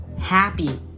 happy